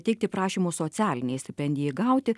teikti prašymus socialinei stipendijai gauti